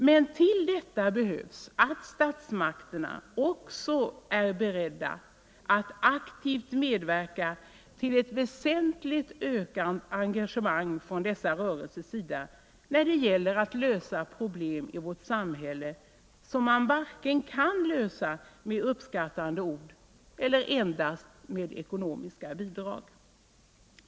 Men till detta behövs att statsmakterna också är beredda att aktivt medverka till ett väsentligt ökat engagemang från dessa rörelsers sida när det gäller att lösa problem i vårt samhälle som man varken kan lösa med uppskattande ord eller med endast ekonomiska bidrag.